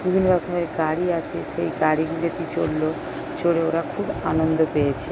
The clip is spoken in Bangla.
বিভিন্ন রকমের গাড়ি আছে সেই গাড়িগুলিতে চড় চড়ে ওরা খুব আনন্দ পেয়েছে